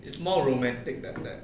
it's more romantic than that